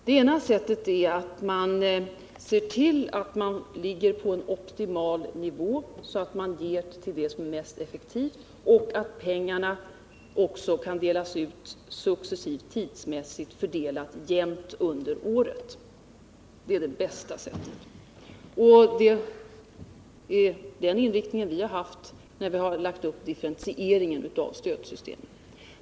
Det ena sättet är att se till att man ligger på en optimal nivå, så att man ger till det som är mest effektivt och så att pengarna också kan delas ut tidsmässigt jämnt fördelat under året. Det är det bästa sättet. Det är den inriktningen som vi har tillämpat när vi har lagt upp differentieringen av stödsystemet.